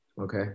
Okay